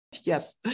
Yes